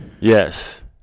Yes